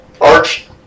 arch